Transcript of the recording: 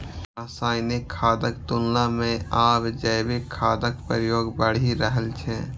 रासायनिक खादक तुलना मे आब जैविक खादक प्रयोग बढ़ि रहल छै